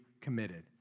committed